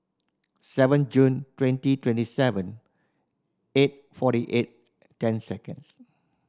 seven June twenty twenty seven eight forty eight ten seconds